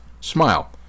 Smile